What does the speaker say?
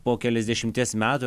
po keliasdešimties metų